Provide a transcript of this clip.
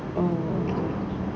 mm okay